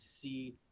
see